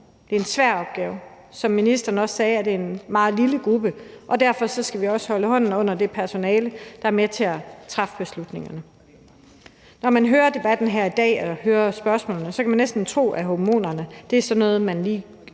Det er en svær opgave. Som ministeren også sagde, er det en meget lille gruppe, og derfor skal vi også holde hånden under det personale, der er med til at træffe beslutningen. Når man hører debatten her i dag og hører spørgsmålene, kan man næsten tro, at hormonerne er noget, som man